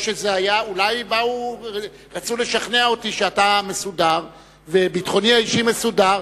אולי רצו לשכנע אותי שאתה מסודר וביטחוני האישי מסודר,